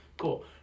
cool